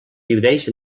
divideix